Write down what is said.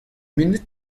munut